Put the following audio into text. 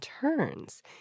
turns